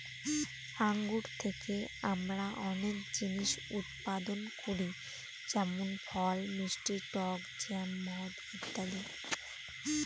আঙ্গুর থেকে আমরা অনেক জিনিস উৎপাদন করি যেমন ফল, মিষ্টি টক জ্যাম, মদ ইত্যাদি